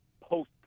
post